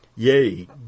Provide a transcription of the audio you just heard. Yea